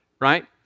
right